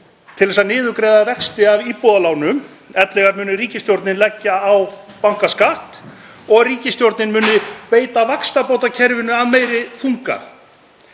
til að niðurgreiða vexti af íbúðalánum, ellegar muni ríkisstjórnin leggja á bankaskatt, og að ríkisstjórnin muni beita vaxtabótakerfinu af meiri þunga.